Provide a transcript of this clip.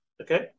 Okay